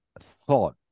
thought